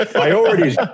Priorities